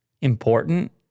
important